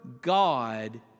God